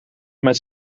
met